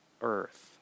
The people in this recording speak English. earth